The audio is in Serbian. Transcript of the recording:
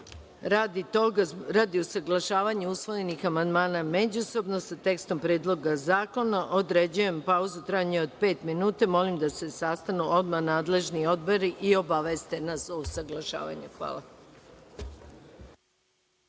skupštine. Radi usaglašavanja usvojenih amandmana međusobno sa tekstom Predloga zakona, određujem pauzu od pet minuta. Molim da se sastanu odmah nadležni odbori i obaveste nas o usaglašavanju. Hvala.(Posle